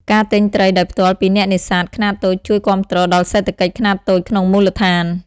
ការទិញត្រីដោយផ្ទាល់ពីអ្នកនេសាទខ្នាតតូចជួយ គាំទ្រ ដល់សេដ្ឋកិច្ចខ្នាតតូចក្នុងមូលដ្ឋាន។